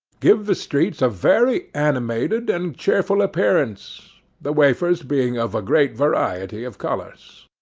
give the streets a very animated and cheerful appearance, the wafers being of a great variety of colours,